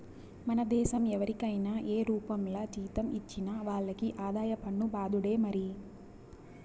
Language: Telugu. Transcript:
మన దేశం ఎవరికైనా ఏ రూపంల జీతం ఇచ్చినా వాళ్లకి ఆదాయ పన్ను బాదుడే మరి